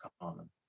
common